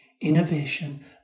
innovation